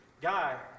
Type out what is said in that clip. guy